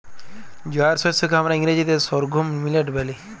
জয়ার শস্যকে হামরা ইংরাজিতে সর্ঘুম মিলেট ব্যলি